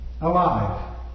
alive